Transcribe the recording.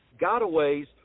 Gotaways